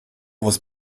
was